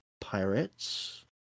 pirates